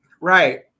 Right